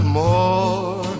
more